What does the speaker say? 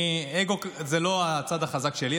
אגו הוא לא הצד החזק שלי,